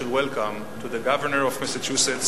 welcome to the governor of Massachusetts,